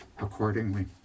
accordingly